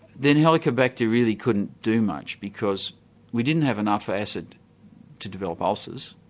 then helicobacter really couldn't do much because we didn't have enough acid to develop ulcers